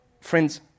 friends